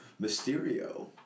Mysterio